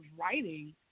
writing